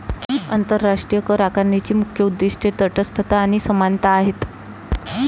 आंतरराष्ट्रीय करआकारणीची मुख्य उद्दीष्टे तटस्थता आणि समानता आहेत